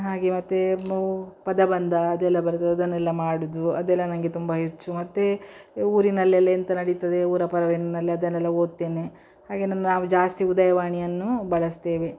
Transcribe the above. ಹಾಗೆ ಮತ್ತು ಮೂ ಪದಬಂಧ ಅದೆಲ್ಲ ಬರ್ತದೆ ಅದನ್ನೆಲ್ಲ ಮಾಡುವುದು ಅದೆಲ್ಲ ನನಗೆ ತುಂಬ ಹೆಚ್ಚು ಮತ್ತು ಊರಿನಲ್ಲೆಲ್ಲ ಎಂತ ನಡಿತದೆ ಊರು ಪರವೆಯನ್ನಲ್ಲಿ ಅದನ್ನೆಲ್ಲ ಓದ್ತೇನೆ ಹಾಗೆ ನಾನು ನಾವು ಜಾಸ್ತಿ ಉದಯವಾಣಿಯನ್ನು ಬಳಸ್ತೇವೆ